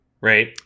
right